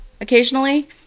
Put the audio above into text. occasionally